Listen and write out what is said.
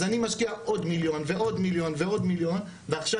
אז אני משקיע עוד מיליון ועוד מיליון ועוד מיליון ועכשיו